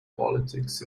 politics